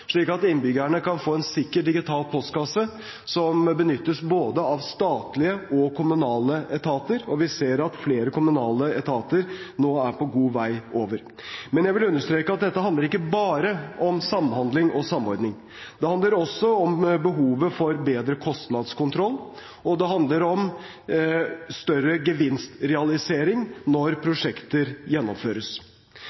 slik at innbyggerne kan få en sikker digital postkasse som benyttes av både statlige og kommunale etater. Og vi ser at flere kommunale etater nå er på god vei over. Men jeg vil understreke at dette handler ikke bare om samhandling og samordning. Det handler også om behovet for bedre kostnadskontroll, og det handler om større gevinstrealisering når